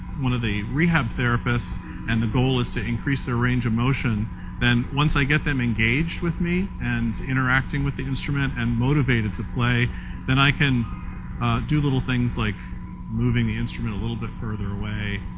one of the rehab therapists and the goal is to increase their range of motion then once i get them engaged with me and interacting with the instrument and motivated to play then i can do little things like moving the instrument a little bit further away.